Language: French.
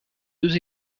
deux